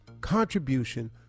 contribution